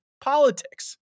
politics